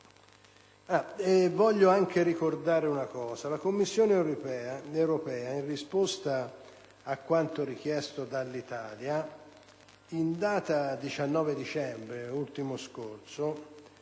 La Commissione europea, in risposta a quanto richiesto dall'Italia, in data 19 dicembre 2008,